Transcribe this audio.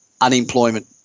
unemployment